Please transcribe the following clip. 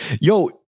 Yo